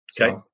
Okay